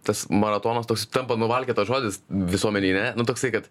tas maratonas toks tampa nuvalkiotas žodis visuomenėj ne nu toksai kad